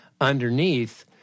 underneath